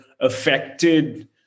affected